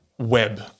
Web